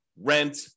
rent